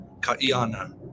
Kaiana